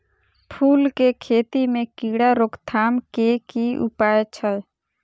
फूल केँ खेती मे कीड़ा रोकथाम केँ की उपाय छै?